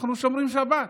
אנחנו שומרים שבת.